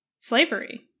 slavery